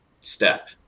step